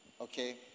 Okay